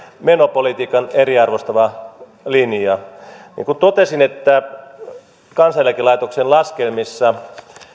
menopolitiikan eriarvoistava linja niin kuin totesin kansaneläkelaitoksen laskelmissa